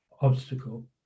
obstacle